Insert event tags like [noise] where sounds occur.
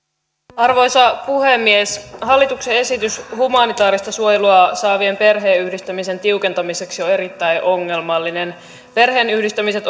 arvoisa puhemies hallituksen esitys humanitaarista suojelua saavien perheenyhdistämisen tiukentamiseksi on erittäin ongelmallinen perheenyhdistämiset [unintelligible]